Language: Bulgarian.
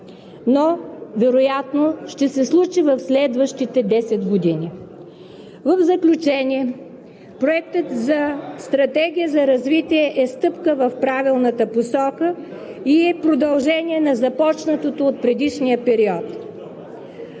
но вероятно ще се случи в следващите десет години. В заключение, Проектът за стратегия за развитие е стъпка в правилната посока и е продължение на започнатото от предишния период.